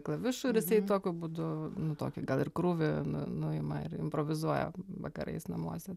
klavišų ir jisai tokiu būdu nu tokį gal ir krūvį nu nuima ir improvizuoja vakarais namuose